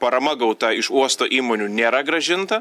parama gauta iš uosto įmonių nėra grąžinta